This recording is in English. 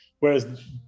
Whereas